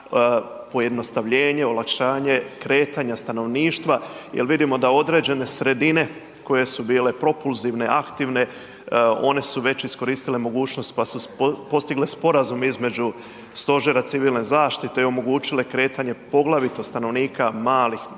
pojednostavljenje, olakšanje kretanja stanovništva jer vidimo da određene sredine koje su bile propulzivne, aktivne, one su već iskoristile mogućnost pa su postigle sporazum između Stožera civilne zaštite i omogućile kretanje, poglavito stanovnika malih možda